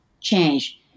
change